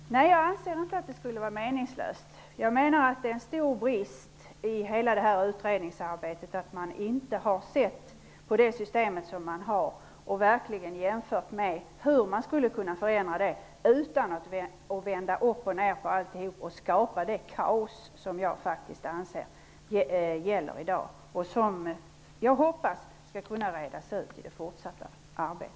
Herr talman! Jag anser inte att det skulle vara meningslöst att göra den jämförelsen. Jag menar att det är en stor brist i hela det här utredningsarbetet att man inte har sett på det system vi har och verkligen jämfört med hur man skulle kunna förändra det utan att vända upp och ner på alltihop och skapa det kaos som jag faktiskt anser gäller i dag och som jag hoppas skall kunna redas ut i det fortsatta arbetet.